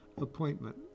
appointment